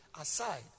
Aside